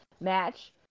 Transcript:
match